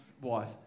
Wife